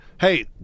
Hey